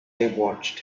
watched